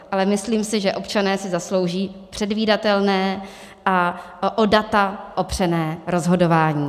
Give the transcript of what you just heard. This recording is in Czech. Ale myslím si, že občané si zaslouží předvídatelné a o data opřené rozhodování.